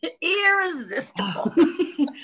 irresistible